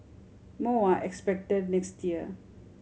more are expected next year